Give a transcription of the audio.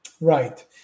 Right